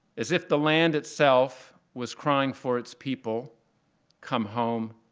as if the land itself was crying for its people come home,